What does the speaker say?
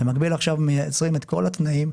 במקביל עכשיו מייצרים את כל התנאים,